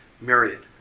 myriad